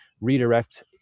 redirect